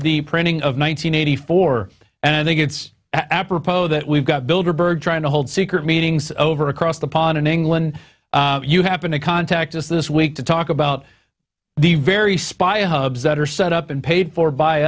the printing of one thousand nine hundred four and i think it's apropos that we've got builder bird trying to hold secret meetings over across the pond in england you happen to contact us this week to talk about the very spy hubs that are set up and paid for by